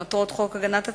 למטרות חוק הגנת הצרכן,